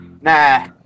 Nah